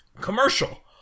commercial